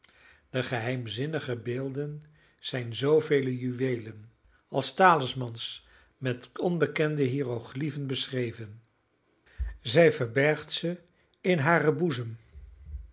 de geheimzinnige beelden zijn zoovele juweelen als talismans met onbekende hiëroglyphen beschreven zij verbergt ze in haren boezem